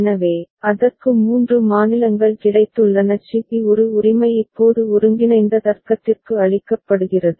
எனவே அதற்கு மூன்று மாநிலங்கள் கிடைத்துள்ளன சி பி ஒரு உரிமை இப்போது ஒருங்கிணைந்த தர்க்கத்திற்கு அளிக்கப்படுகிறது